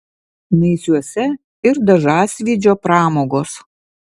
naisiuose ir dažasvydžio pramogos